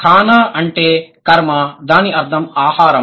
ఖానా అంటే కర్మ దాని అర్థం ఆహారం